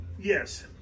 Yes